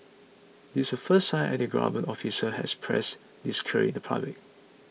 this the first time any government official has expressed this clearly in public